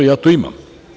Ja to imam.